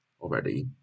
already